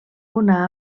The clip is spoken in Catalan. una